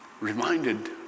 reminded